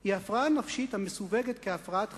היא הפרעה נפשית המסווגת כהפרעת חרדה.